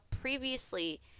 previously